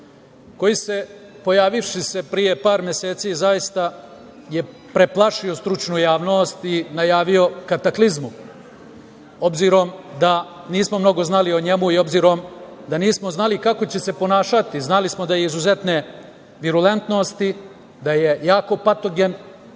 koji je, pojavivši se pre par meseci, zaista preplašio stručnu javnost i najavio kataklizmu, obzirom da nismo mnogo znali o njemu i obzirom da nismo znali kako će se ponašati. Znali smo da je izuzetne virulentnosti, da je jako patogen,